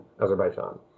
Azerbaijan